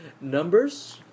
Numbers